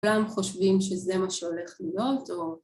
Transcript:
כולם חושבים שזה מה שהולך להיות או...